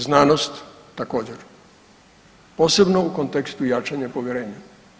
Znanost također, posebno u kontekstu jačanja povjerenja.